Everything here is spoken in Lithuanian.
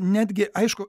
netgi aišku